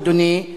אדוני,